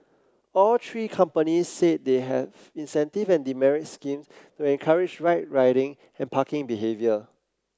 all three companies say they have incentive and demerit scheme to encourage right riding and parking behaviour